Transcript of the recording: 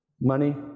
Money